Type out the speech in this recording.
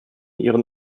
ihren